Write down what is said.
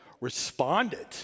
responded